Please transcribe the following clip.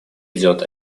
идет